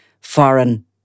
foreign